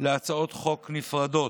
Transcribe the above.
להצעות חוק נפרדות.